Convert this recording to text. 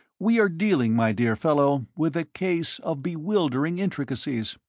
we are dealing, my dear fellow, with a case of bewildering intricacies.